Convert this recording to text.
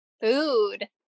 food